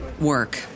work